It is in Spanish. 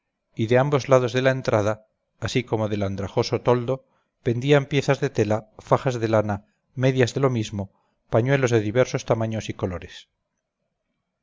y de ambos lados de la entrada así como del andrajoso toldo pendían piezas de tela fajas de lana medias de lo mismo pañuelos de diversos tamaños y colores